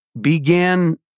began